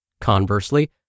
Conversely